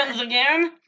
again